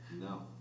No